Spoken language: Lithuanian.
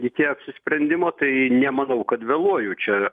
iki apsisprendimo tai nemanau kad vėluoju čia